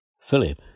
Philip